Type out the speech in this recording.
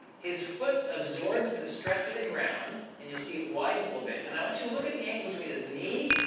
his foot absorbs the stress of the ground, and you'll see it widen a little bit. and i want you look at the angle between his knee,